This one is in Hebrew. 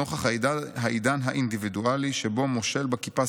נוכח העידן האינדיווידואלי שבו מושל בכיפה